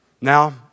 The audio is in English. Now